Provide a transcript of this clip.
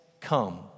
come